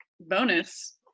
bonus